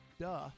duh